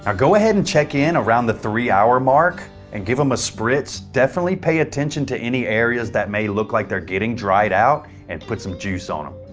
ah go ahead and check in around the three hour mark and give them a spritz. definitely pay attention to any areas that may look like they're getting dried out, and put some juice on um